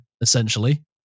essentially